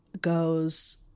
goes